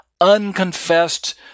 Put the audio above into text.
unconfessed